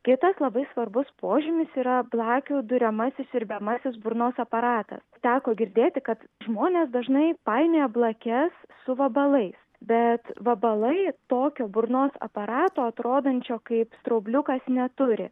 kitas labai svarbus požymis yra blakių duriamasis siurbiamasis burnos aparatas teko girdėti kad žmonės dažnai painioja blakes su vabalais bet vabalai tokio burnos aparato atrodančio kaip straubliukas neturi